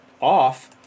off